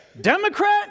Democrat